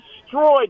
destroyed